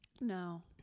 No